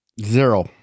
Zero